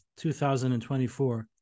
2024